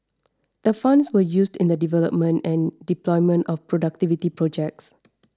the funds were used in the development and deployment of productivity projects